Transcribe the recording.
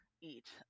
eat